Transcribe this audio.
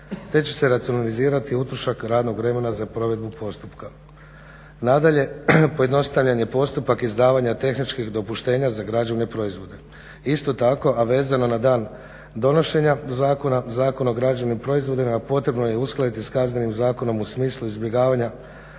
te će se racionalizirati utrošak radnog vremena za provedbu postupka. Nadalje, pojednostavljen je postupak izdavanja tehničkih dopuštenja za građevne proizvode. Isto tako, a vezano na dan donošenja zakona, Zakona o građevnim proizvodima potrebno je uskladiti sa Kaznenim zakonom u smislu izbjegavanja